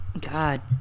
God